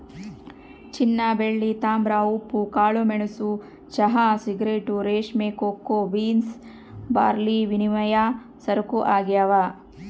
ಚಿನ್ನಬೆಳ್ಳಿ ತಾಮ್ರ ಉಪ್ಪು ಕಾಳುಮೆಣಸು ಚಹಾ ಸಿಗರೇಟ್ ರೇಷ್ಮೆ ಕೋಕೋ ಬೀನ್ಸ್ ಬಾರ್ಲಿವಿನಿಮಯ ಸರಕು ಆಗ್ಯಾವ